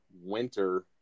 winter